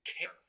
care